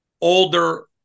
older